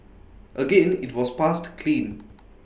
again IT was passed clean